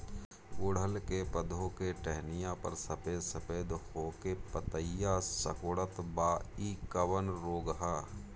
गुड़हल के पधौ के टहनियाँ पर सफेद सफेद हो के पतईया सुकुड़त बा इ कवन रोग ह?